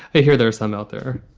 i hear there are some out there.